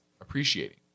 appreciating